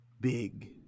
big